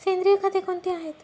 सेंद्रिय खते कोणती आहेत?